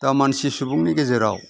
दा मानसि सुबुंनि गेजेराव